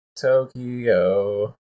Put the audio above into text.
Tokyo